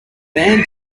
band